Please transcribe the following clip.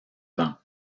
vent